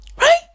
Right